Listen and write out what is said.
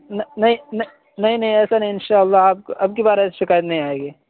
نہیں نہیں ایسا نہیں ان شاء اللہ آپ کو اب کی بار ایسی شکایت نہیں آئے گی